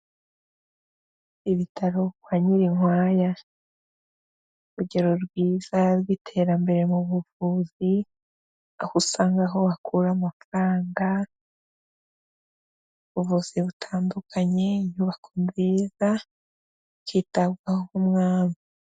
Ibitaro kwa Nyirinkwaya, urugero rwiza rw'iterambere mu buvuzi, aho usanga aho wakura amafaranga, ubuvuzi butandukanye, inyubako nziza, ukitabwaho nk'umwami.